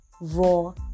raw